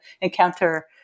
encounter